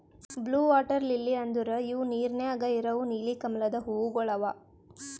blue water lily ಅಂದುರ್ ಇವು ನೀರ ನ್ಯಾಗ ಇರವು ನೀಲಿ ಕಮಲದ ಹೂವುಗೊಳ್ ಅವಾ